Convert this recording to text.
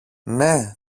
ναι